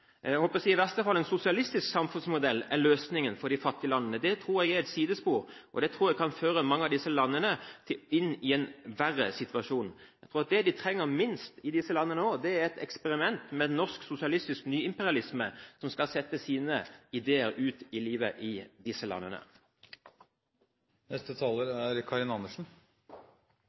jeg er et sidespor. Det tror jeg kan føre mange av disse landene inn i en verre situasjon. Det disse landene trenger minst, er et eksperiment med norsk sosialistisk nyimperialisme som skal settes ut i livet i disse landene. Jeg takker også for debatten, for den er